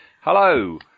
Hello